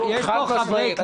חד-משמעית.